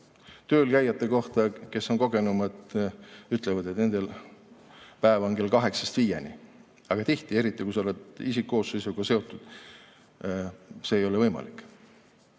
ka hoiakud. Kes on kogenumad, ütlevad, et nende päev on küll kaheksast viieni, aga tihti, eriti kui sa oled isikkoosseisuga seotud, see ei ole võimalik.